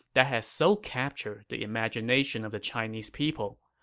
that has so captured the imagination of the chinese people.